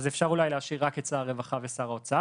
אז אפשר להשאיר את שר הרווחה ואת שר האוצר